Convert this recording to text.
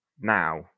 now